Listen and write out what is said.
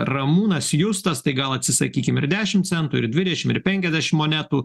ramūnas justas tai gal atsisakykim ir dešim centų ir dvidešim ir penkiasdešim monetų